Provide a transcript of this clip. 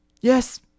Yes